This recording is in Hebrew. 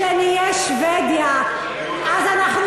כשנהיה בלונדינים, כשנהיה שבדיה, אז אנחנו